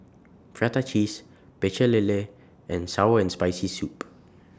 Prata Cheese Pecel Lele and Sour and Spicy Soup